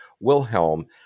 Wilhelm